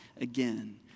again